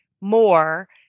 more